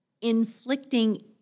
inflicting